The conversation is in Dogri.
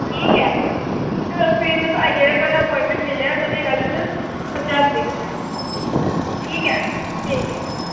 ठीक ऐ ते फिर तुस आई जाएओ कल ऐप्वाईंटमेंट लेई लैएओ तुसें कल आस्तै समझागे उत्थें ठीक ऐ ठीक ऐ